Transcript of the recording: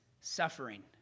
suffering